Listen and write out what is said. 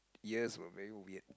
years were very weird